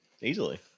easily